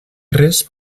res